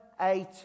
eight